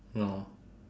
no